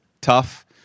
tough